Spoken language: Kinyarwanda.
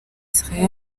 israel